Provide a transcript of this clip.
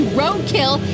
roadkill